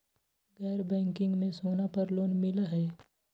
गैर बैंकिंग में सोना पर लोन मिलहई?